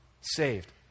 saved